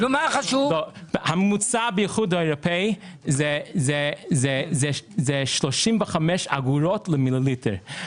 הממוצע באיחוד האירופאי הוא 35 אגורות למיליליטר.